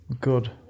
good